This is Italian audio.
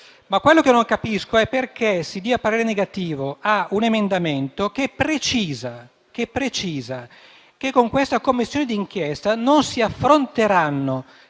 Quello che non capisco, però, è perché si dia parere negativo a un emendamento che precisa che con questa Commissione di inchiesta non si affronteranno